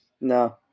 No